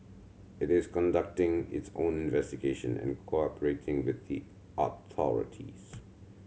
it is conducting its own investigation and cooperating with the authorities